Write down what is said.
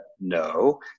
no